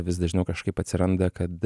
vis dažniau kažkaip atsiranda kad